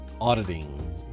auditing